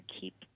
keep